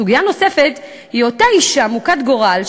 סוגיה נוספת היא אותה אישה מוכת גורל,